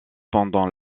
pendant